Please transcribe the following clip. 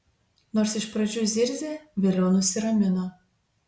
nors iš pradžių zirzė vėliau nusiramino